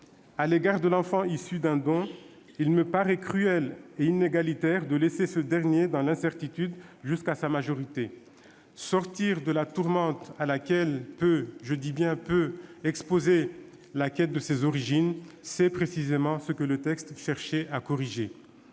à l'égard de l'enfant issu d'un don, il me paraît cruel et inégalitaire de laisser ce dernier dans l'incertitude jusqu'à sa majorité. Mettre fin à la tourmente à laquelle peut- je dis bien « peut » -exposer la quête de ses origines, c'est précisément ce que le texte cherchait à faire.